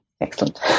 excellent